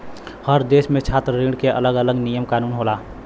हर देस में छात्र ऋण के अलग अलग नियम कानून होला